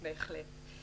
בהחלט.